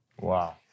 Wow